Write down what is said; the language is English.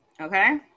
Okay